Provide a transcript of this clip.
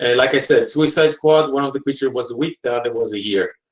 ah like i said, suicide squad. one of the creature was a week the other was a year.